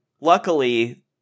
luckily